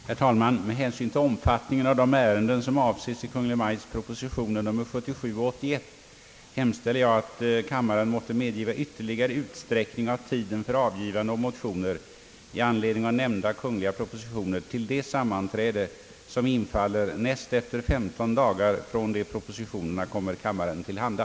Herr talman! Med hänsyn till omfattningen av de ärenden, som avses i Kungl. Maj:ts propositioner nr 77 och 81, hemställer jag, att kammaren måtte medgiva ytterligare utsträckning av tiden för avgivande av motioner i anledning av nämnda kungliga propositioner till det sammanträde, som infaller näst efter femton dagar från det propositionerna kom kammaren till handa.